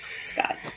Scott